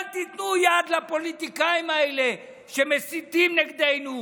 אל תיתנו יד לפוליטיקאים האלה שמסיתים נגדנו,